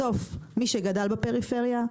בסוף מי שגדל בפריפריה,